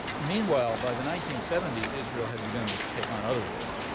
meanwhile, by the nineteen seventy s, israel had begun to take on other roles.